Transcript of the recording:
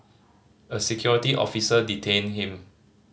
a security officer detained him